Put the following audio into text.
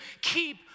keep